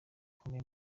ukomeye